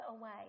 away